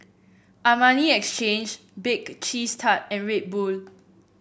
Armani Exchange Bake Cheese Tart and Red Bull